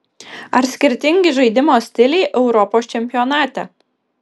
ar skirtingi žaidimo stiliai europos čempionate